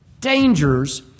dangers